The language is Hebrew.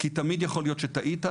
כי תמיד יכול להיות שטעית,